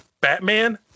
Batman